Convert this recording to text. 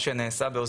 מההבנה שלי,